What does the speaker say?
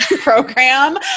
program